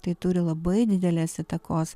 tai turi labai didelės įtakos